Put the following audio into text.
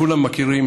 כולם מכירים